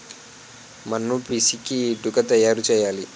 మన్ను పిసికి ఇటుక తయారు చేయాలి